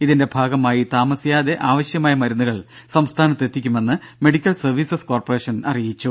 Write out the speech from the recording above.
ഇതിന്റെ ഭാഗമായി താമസിയാതെ ആവശ്യമായ മരുന്നുകൾ സംസ്ഥാനത്ത് എത്തിക്കുമെന്ന് മെഡിക്കൽ സർവീസസ് കോർപ്പറേഷൻ അറിയിച്ചു